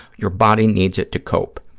your body needs it to cope.